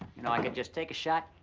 you know, i could just take shot,